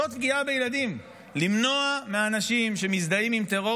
זאת פגיעה בילדים למנוע מהאנשים שמזדהים עם טרור